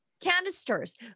canisters